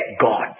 God